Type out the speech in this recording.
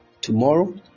tomorrow